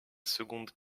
seconde